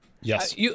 Yes